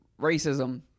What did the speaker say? racism